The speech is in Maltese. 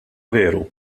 veru